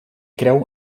creu